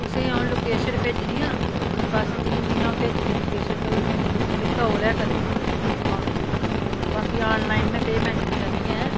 तुसेंगी आ'ऊं लोकेशन भेजनी आं ते बस जियां जियां आ'ऊं भेजनी लोकेशन ते उ'यां उ'यां तुस तौल गै करेओ औने दी बाकी आनलाइन में पेमैंट नी करनी ऐ